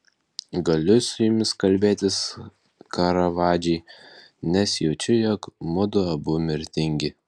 galiu su jumis kalbėtis karavadžai nes jaučiu jog mudu abu mirtingi